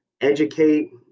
educate